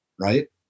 right